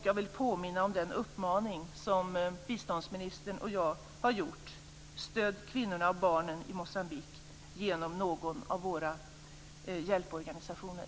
Jag vill påminna om den uppmaning som biståndsministern och jag har gått ut med: Stöd kvinnorna och barnen i Moçambique genom någon av våra hjälporganisationer!